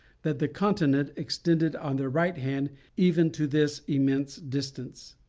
that the continent extended on their right hand even to this immense distance.